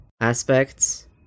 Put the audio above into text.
aspects